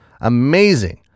Amazing